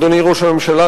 אדוני ראש הממשלה,